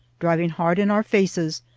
driving hard in our faces,